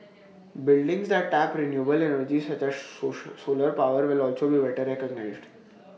buildings that tap renewable energy such as solar power will also be better recognised